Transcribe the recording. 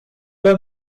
pas